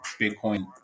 bitcoin